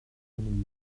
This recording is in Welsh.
gen